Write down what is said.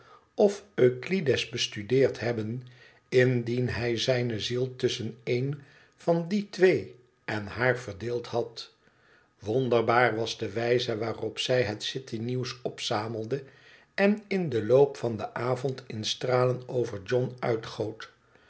of euclides bestudeerd hebben indien hij zijne ziel tusschen een van die twee en haar verdeeld had wonderbaar was de wijze waarop zij het city nieuws opzamelde en in den loop van den avond in stralen over john uitgoot